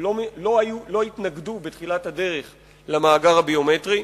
לא התנגדו בתחילת הדרך למאגר הביומטרי,